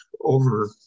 over